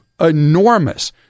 enormous